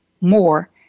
more